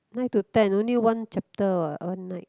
nine to ten only one chapter what one night